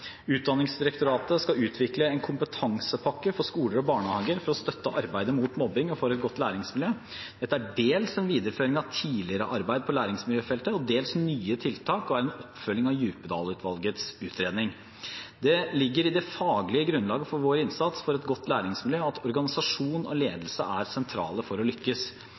Utdanningsdirektoratet skal utvikle en kompetansepakke for skoler og barnehager for å støtte arbeidet mot mobbing og for et godt læringsmiljø. Dette er dels en videreføring av tidligere arbeid på læringsmiljøfeltet og dels nye tiltak og er en oppfølging av Djupedal-utvalgets utredning. Det ligger i det faglige grunnlaget for vår innsats for et godt læringsmiljø at organisasjon og ledelse er sentrale for å lykkes.